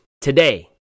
today